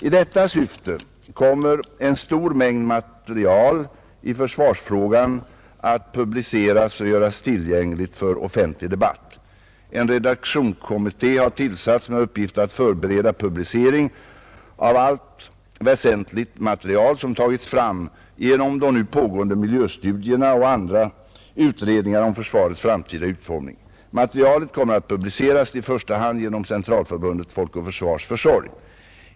I detta syfte kommer en stor mängd material i försvarsfrågan att publiceras och göras tillgängligt för offentlig debatt. En redaktionskommittté har tillsatts med uppgift att förbereda publicering av allt väsentligt material som tagits fram genom de nu pågående miljöstudierna och andra utredningar om försvarets framtida utformning. Materialet kommer att publiceras i första hand genom Centralförbundet Folk och försvars försorg.